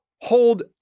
Hold